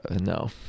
no